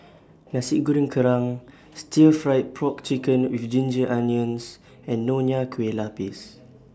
Nasi Goreng Kerang Stir Fried Pork Chicken with Ginger Onions and Nonya Kueh Lapis